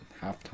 Halftime